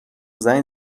زنگ